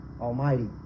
Almighty